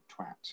twat